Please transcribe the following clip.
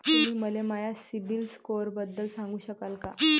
तुम्ही मले माया सीबील स्कोअरबद्दल सांगू शकाल का?